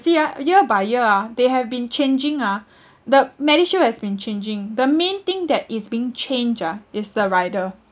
see ah year by year ah they have been changing ah the MediShield has been changing the main thing that is being changed ah is the rider